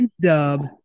dub